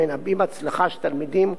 המנבאים הצלחה של תלמידים,